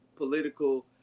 political